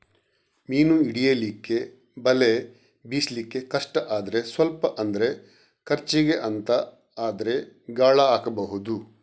ಮೀನು ಹಿಡೀಲಿಕ್ಕೆ ಬಲೆ ಬೀಸ್ಲಿಕ್ಕೆ ಕಷ್ಟ ಆದ್ರೆ ಸ್ವಲ್ಪ ಅಂದ್ರೆ ಖರ್ಚಿಗೆ ಅಂತ ಆದ್ರೆ ಗಾಳ ಹಾಕ್ಬಹುದು